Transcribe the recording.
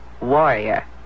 warrior